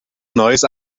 neues